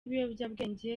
ibiyobyabwenge